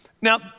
Now